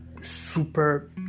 super